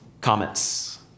comments